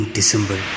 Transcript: December